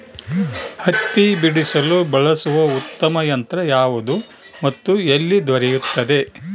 ಹತ್ತಿ ಬಿಡಿಸಲು ಬಳಸುವ ಉತ್ತಮ ಯಂತ್ರ ಯಾವುದು ಮತ್ತು ಎಲ್ಲಿ ದೊರೆಯುತ್ತದೆ?